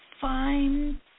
fine